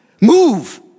move